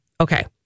Okay